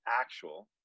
actual